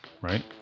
right